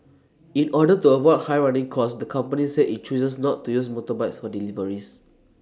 in order to avoid high running costs the company said IT chooses not to use motorbikes for deliveries